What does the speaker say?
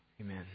Amen